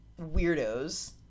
weirdos